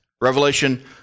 Revelation